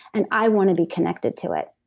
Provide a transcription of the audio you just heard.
and i want to be connected to it.